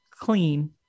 clean